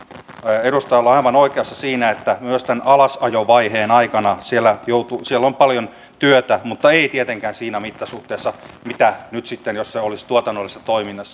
edustaja on aivan oikeassa siinä että myös tämän alasajovaiheen aikana siellä on paljon työtä mutta ei tietenkään siinä mittasuhteessa kuin nyt sitten jos se olisi tuotannollisessa toiminnassa